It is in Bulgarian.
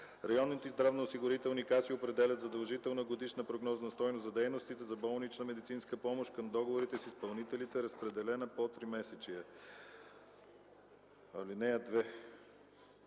районните здравноосигурителни каси определят задължителна годишна прогнозна стойност за дейностите за болнична медицинска помощ към договорите с изпълнителите, разпределена по тримесечия.